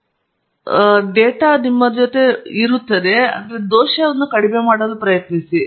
slide time ಅನ್ನು ನೋಡಿ 2747 ಮತ್ತು ನಾವು ಇನ್ನೊಂದಕ್ಕೆ ಇದೇ ನಡವಳಿಕೆಯನ್ನು ನಿರೀಕ್ಷಿಸಬೇಕು